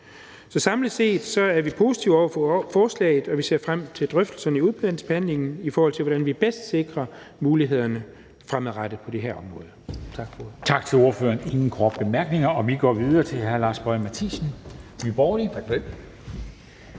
Så samlet set er vi positive over for forslaget, og vi ser frem til drøftelserne i udvalgsbehandlingen, i forhold til hvordan vi bedst sikrer mulighederne fremadrettet på det her område.